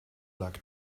luck